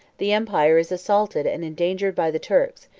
the empire is assaulted and endangered by the turks,